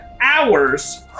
hours